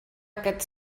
aquest